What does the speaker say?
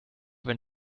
wenn